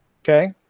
Okay